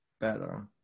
better